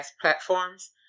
platforms